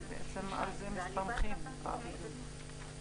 נעשה הקראה לפי הסדר,